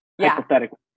hypothetically